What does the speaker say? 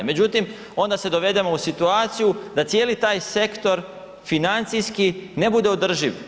Međutim, onda se dovedemo u situaciju da cijeli taj sektor financijski ne bude održiv.